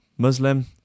Muslim